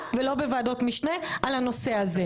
במליאה ולא בוועדות משנה על הנושא הזה.